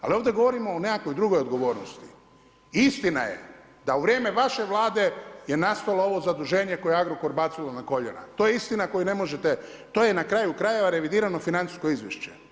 Ali ovdje govorimo o nekakvoj drugoj odgovornosti, istina je da u vrijeme vaše vlade je nastalo ovo zaduženje koje je Agrokor bacilo na koljena, to je istina koju ne možete, to je na kraju krajeva revidirano financijsko izvješće.